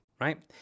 right